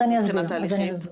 אני אסביר.